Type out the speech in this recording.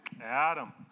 Adam